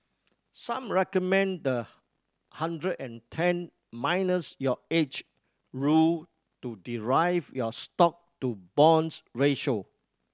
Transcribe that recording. some recommend the hundred and ten minus your age rule to derive your stock to bonds ratio